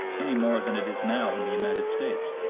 any more than it is now in the united states.